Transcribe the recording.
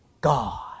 God